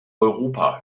europa